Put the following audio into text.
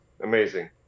Amazing